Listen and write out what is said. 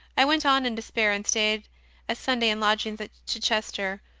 i went on in despair and stayed a sunday in lodgings at chichester,